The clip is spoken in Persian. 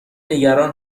نگران